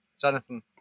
Jonathan